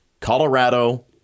Colorado